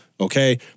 okay